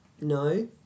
No